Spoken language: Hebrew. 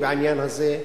בעניין הזה.